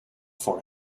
for